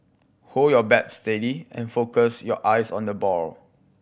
hold your bat steady and focus your eyes on the ball